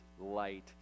light